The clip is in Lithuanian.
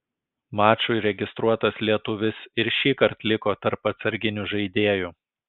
mačui registruotas lietuvis ir šįkart liko tarp atsarginių žaidėjų